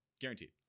guaranteed